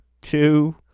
two